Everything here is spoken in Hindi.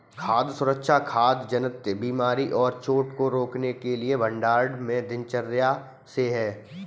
खाद्य सुरक्षा खाद्य जनित बीमारी और चोट को रोकने के भंडारण में दिनचर्या से है